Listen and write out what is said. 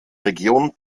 region